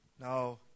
Now